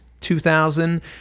2000